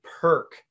perk